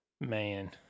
man